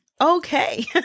okay